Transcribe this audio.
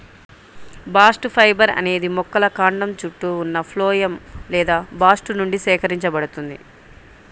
bast fibre అనేది మొక్కల కాండం చుట్టూ ఉన్న ఫ్లోయమ్ లేదా బాస్ట్ నుండి సేకరించబడుతుంది